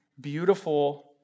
beautiful